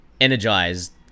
energized